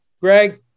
Greg